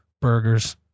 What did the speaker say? burgers